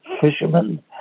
fishermen